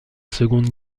seconde